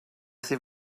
sydd